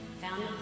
found